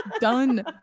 Done